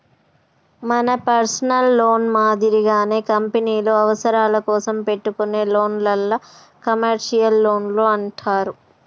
మన personal loan మాదిరిగానే కంపెనీల అవసరాల కోసం పెట్టుకునే లోన్లను కమర్షియల్ లోన్లు అంటారు